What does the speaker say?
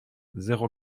zéro